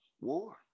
War